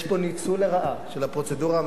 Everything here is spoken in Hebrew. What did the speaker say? יש פה ניצול לרעה של הפרוצדורה,